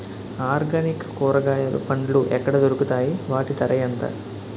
Organic కూరగాయలు పండ్లు ఎక్కడ దొరుకుతాయి? వాటి ధర ఎంత?